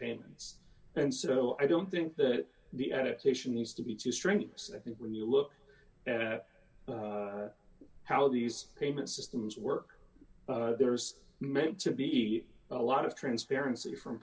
payments and so i don't think that the adaptation needs to be too strenuous i think when you look at how these payment systems work there's meant to be a lot of transparency from